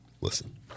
Listen